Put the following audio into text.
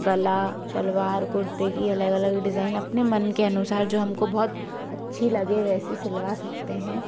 गला सलवार कुर्ते की अलग अलग डिजाइन अपने मन के अनुसार जो हमको बहुत अच्छी लगे वैसे सिल्वा सकते हैं